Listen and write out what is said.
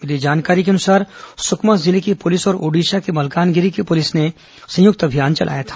मिली जानकारी के अनुसार सुकमा जिले की पुलिस और ओडिशा के मलकानगिरी की पुलिस ने संयुक्त अभियान चलाया था